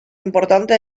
importante